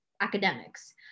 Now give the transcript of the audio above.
academics